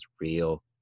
real